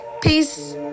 Peace